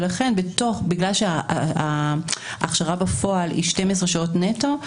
לכן בגלל שההכשרה בפועל היא 12 שעות נטו,